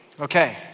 Okay